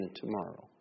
tomorrow